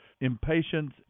impatience